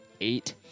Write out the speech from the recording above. eight